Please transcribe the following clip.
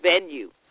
venue